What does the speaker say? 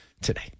today